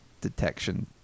detection